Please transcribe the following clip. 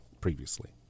previously